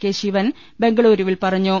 K Sivan ബംഗളൂരുവിൽ പറഞ്ഞു